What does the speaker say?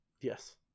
Yes